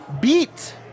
beat